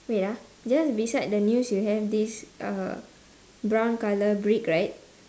wait ah just beside the news you have this uh brown colour brick right